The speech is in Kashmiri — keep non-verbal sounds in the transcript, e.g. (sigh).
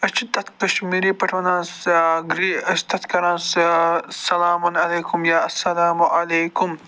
أسۍ چھِنہٕ تَتھ کشمیری پٲٹھۍ وَنان (unintelligible) أسۍ چھِ تتھ کَران سلامُن علیکُم یا اَسَلامُ علیکُم